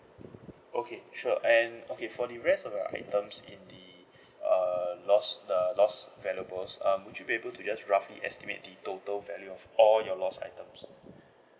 okay sure and okay for the rest of the items in the uh lost the lost valuables um would you be able to just roughly estimate the total value of all your lost items